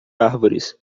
árvores